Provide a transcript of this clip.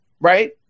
right